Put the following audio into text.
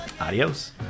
adios